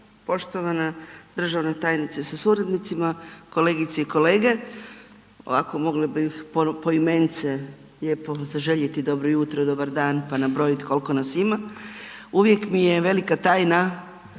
poštovana državna tajnice sa suradnicima, kolegice i kolege. Ovako, mogla bih poimenice lijepo zaželjeti dobro jutro, dobar dan, pa nabrojit kolko nas ima. Uvijek mi je velika tajna